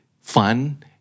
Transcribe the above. fun